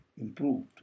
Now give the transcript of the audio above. improved